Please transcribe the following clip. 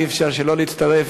אי-אפשר שלא להצטרף.